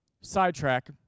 sidetrack